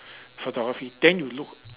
photography then you look